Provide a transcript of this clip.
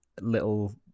little